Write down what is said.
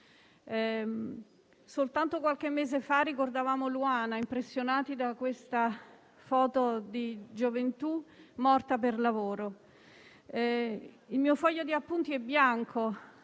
Soltanto qualche mese fa ricordavamo Luana, impressionati da quella foto di gioventù morta per lavoro. Il mio foglio di appunti è bianco,